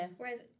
whereas